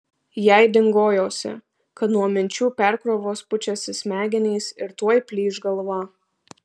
jai dingojosi kad nuo minčių perkrovos pučiasi smegenys ir tuoj plyš galva